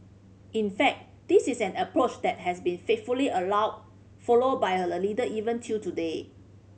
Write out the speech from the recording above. in fact this is an approach that has been faithfully allow follow by our leader even till today